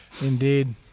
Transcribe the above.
Indeed